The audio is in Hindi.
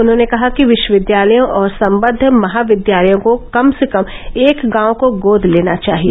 उन्होंने कहा कि विश्वविद्यालयों और सम्बद्ध महाविद्यालयों को कम से कम एक गांव को गोद लेना चाहिए